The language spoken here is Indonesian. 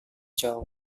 jauh